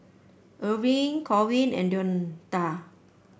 Erving Corwin and Deonta